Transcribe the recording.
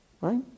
Right